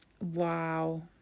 Wow